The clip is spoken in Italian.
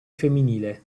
femminile